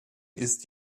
ist